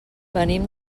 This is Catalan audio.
venim